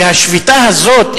והשביתה הזאת,